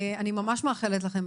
אני ממש מאחלת לכם,